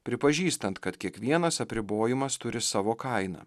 pripažįstant kad kiekvienas apribojimas turi savo kainą